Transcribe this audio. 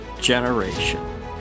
generation